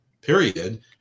period